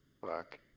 fuck